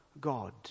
God